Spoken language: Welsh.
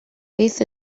beth